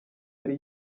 yari